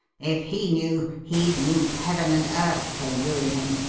if he knew, he'd move heaven and earth to ruin him.